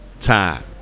time